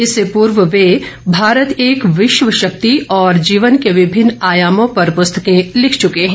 इससे पूर्व वे हिमाचल भारत एक विश्व शक्ति और जीवन के विभिन्न आयामों पर पुस्तकें लिख चुके हैं